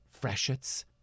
freshets